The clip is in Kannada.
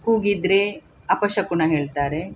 ಕೂಗಿದರೆ ಅಪಶಕುನ ಹೇಳ್ತಾರೆ